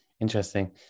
interesting